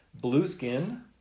Blueskin